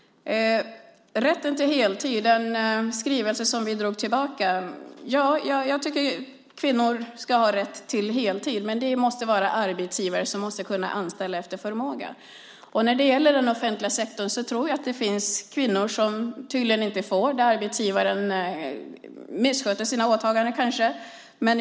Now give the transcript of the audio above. Rätten till heltid är en skrivelse som vi drog tillbaka. Jag tycker att kvinnor ska ha rätt till heltid, men arbetsgivare måste kunna anställa efter förmåga. När det gäller den offentliga sektorn tror jag att det finns kvinnor som inte får det. Arbetsgivaren kanske missköter sina åtaganden.